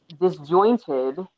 disjointed